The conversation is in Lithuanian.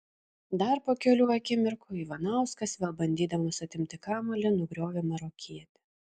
dar po kelių akimirkų ivanauskas vėl bandydamas atimti kamuolį nugriovė marokietį